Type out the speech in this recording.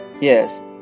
Yes